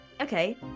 Okay